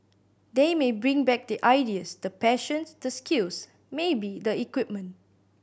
they may bring back the ideas the passions the skills maybe the equipment